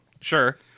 Sure